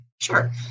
sure